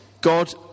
God